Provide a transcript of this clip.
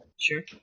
Sure